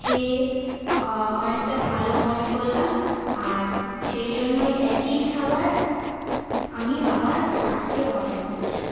খেয়ে অনেকটা ভালো মনে করলাম আর সেই জন্যই একই খাবার আমি আবার আজকেও অর্ডার দিচ্ছি